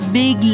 big